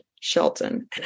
Shelton